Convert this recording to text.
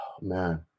Man